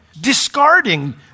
discarding